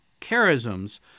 charisms